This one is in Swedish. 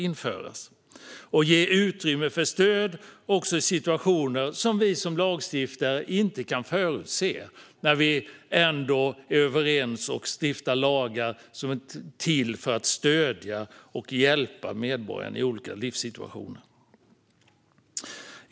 Vi behöver ge utrymme för stöd också i situationer som vi som lagstiftare inte kan förutse när vi ändå är överens och stiftar lagar som är till för att stödja och hjälpa medborgarna i olika livssituationer.